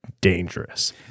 dangerous